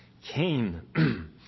Cain